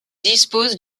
dispose